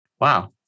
wow